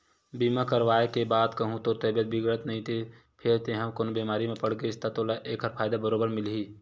बीमा करवाय के बाद कहूँ तोर तबीयत बिगड़त नइते फेर तेंहा कोनो बेमारी म पड़ गेस ता तोला ऐकर फायदा बरोबर मिलही